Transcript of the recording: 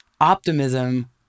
Optimism